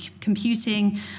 Computing